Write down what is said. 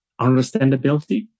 Understandability